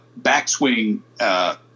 backswing